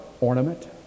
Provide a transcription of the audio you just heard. ornament